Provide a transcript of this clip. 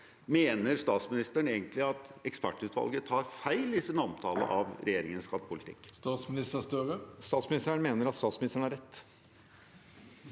Mener statsministeren egentlig at ekspertutvalget tar feil i sin omtale av regjeringens skattepolitikk? Statsminister Jonas Gahr Støre